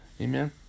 Amen